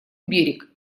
берег